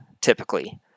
typically